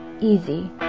Easy